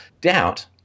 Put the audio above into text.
doubt